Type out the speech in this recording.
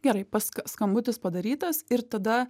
gerai pask skambutis padarytas ir tada